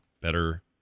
better